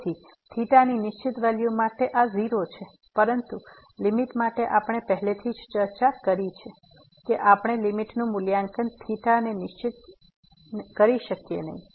તેથી ની નિશ્ચિત વેલ્યુ માટે આ 0 છે પરંતુ લીમીટ માટે આપણે પહેલાથી જ ચર્ચા કરી છે કે આપણે લીમીટનું મુલ્યાંકન કરવા ને નિશ્ચિત કરી શકીએ નહી